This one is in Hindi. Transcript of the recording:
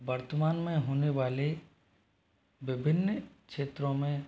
वर्तमान में होने वाले विभिन्न क्षेत्रों में